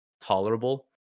tolerable